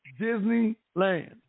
Disneyland